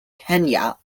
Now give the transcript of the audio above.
kenya